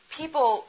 people